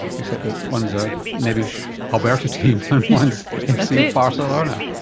except that one's a nebbish alberta team and one's fc barcelona.